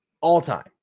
all-time